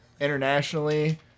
internationally